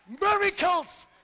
miracles